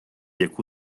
яку